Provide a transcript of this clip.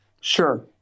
Sure